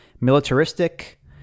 militaristic